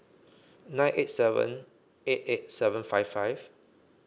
nine eight seven eight eight seven five five